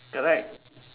correct